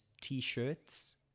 t-shirts